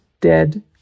dead